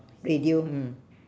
radio mm